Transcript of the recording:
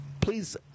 please